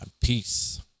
peace